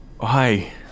hi